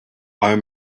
our